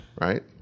Right